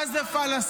מה זה פלסטין?